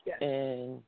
Yes